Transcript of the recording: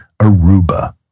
Aruba